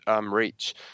reach